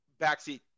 backseat